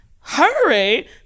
hurry